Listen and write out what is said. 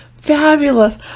Fabulous